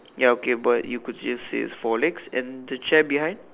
ya okay but you could still see is four legs and the other chair behind